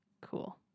Cool